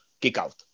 kickout